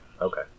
Okay